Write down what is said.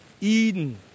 Eden